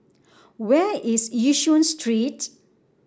where is Yishun Street